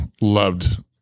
loved